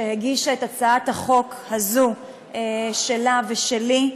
שהגישה את הצעת החוק הזאת שלה ושלי,